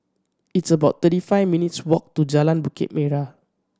it's about thirty five minutes' walk to Jalan Bukit Merah